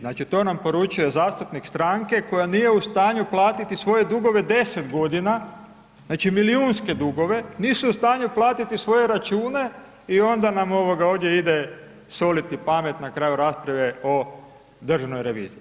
Znači to nam poručuje zastupnik stranke, koja nije u stanju platiti svoje dugove 10 g. znači milijunske dugove, nisu u stanju platiti svoje račune i onda nam ovdje ide, soliti pamet na kraju rasprave o Državnoj reviziji.